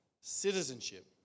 citizenship